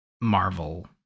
Marvel